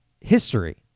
history